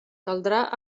caldrà